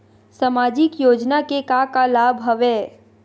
सामाजिक योजना के का का लाभ हवय?